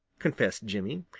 confessed jimmy.